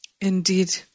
indeed